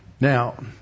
Now